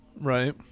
Right